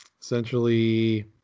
essentially